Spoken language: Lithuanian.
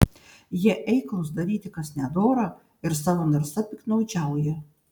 jie eiklūs daryti kas nedora ir savo narsa piktnaudžiauja